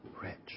rich